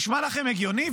נשמע לכם הגיוני?